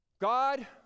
God